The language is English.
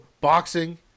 boxing